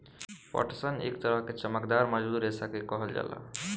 पटसन एक तरह के चमकदार मजबूत रेशा के कहल जाला